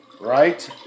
Right